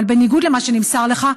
אבל בניגוד למה שנמסר לך,